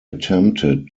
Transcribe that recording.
attempted